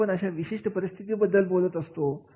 जेव्हा आपण अशा विशिष्ट परिस्थितीविषयी बोलत असतो